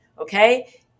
Okay